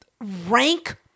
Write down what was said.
rank